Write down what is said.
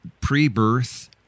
pre-birth